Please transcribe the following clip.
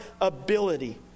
ability